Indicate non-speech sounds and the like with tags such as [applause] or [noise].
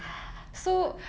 [noise]